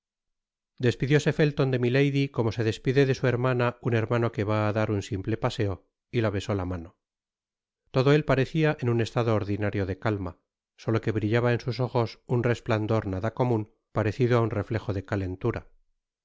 despidióse felton de milady como se despide de su hermana un hermano que va á dar un simple paseo y la besó la mano todo él parecía en un estado ordinario de calma solo que brillaba en sus ojos un resplandor nada comun parecido á un reflejo de calentura